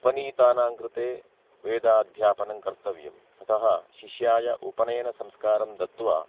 उपनीतानां कृते वेदाध्यापनं कर्तव्यम् अतः शिष्याय उपनयनसंस्कारं दत्वा